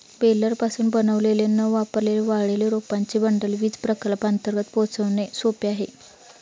बेलरपासून बनवलेले न वापरलेले वाळलेले रोपांचे बंडल वीज प्रकल्पांपर्यंत पोहोचवणे सोपे आहे